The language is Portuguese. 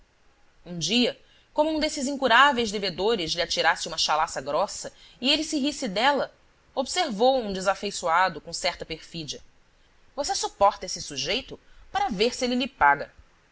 um dia como um desses incuráveis devedores lhe atirasse uma chalaça grossa e ele se risse dela observou um desafeiçoado com certa perfídia você suporta esse sujeito para ver se ele lhe paga